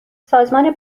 سازمان